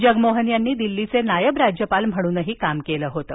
जगमोहन यांनी दिल्लीचे नायब राज्यपाल म्हणूनही काम केलं होतं